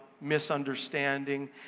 misunderstanding